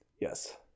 Yes